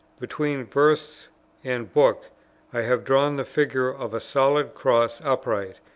between verse and book i have drawn the figure of a solid cross upright,